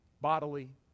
bodily